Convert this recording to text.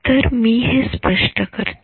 तर मी हे स्पष्ट करतो